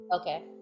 okay